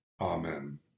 amen